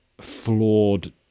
flawed